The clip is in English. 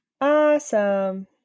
Awesome